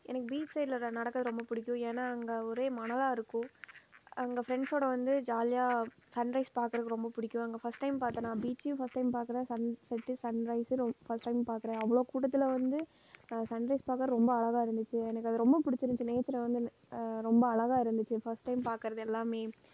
எனக்கு பீச் சைடில் நடக்கிறது ரொம்ப பிடிக்கும் ஏன்னால் அங்க ஒரே மணலாக இருக்கும் அங்கே ஃப்ரெண்ட்ஸோடு வந்து ஜாலியாக சன் ரைஸ் பார்க்குறது ரொம்ப பிடிக்கும் அங்கே ஃபர்ஸ்ட் டைம் பார்த்தனா பீச்சையும் ஃபர்ஸ்ட் டைம் பார்க்குற சன் செட்டும் சன் ரைஸ்ஸும் ஃபர்ஸ்ட் டைம் பார்க்குற அவ்வளோ கூட்டத்தில் வந்து சன் ரைஸ் பார்க்க ரொம்ப அழகாக இருந்துச்சு எனக்கு அது ரொம்ப பிடிச்சிருந்துச்சி நேச்சரை வந்து ரொம்ப அழகாக இருந்துச்சு ஃபர்ஸ்ட் டைம் பார்க்கறது எல்லாமே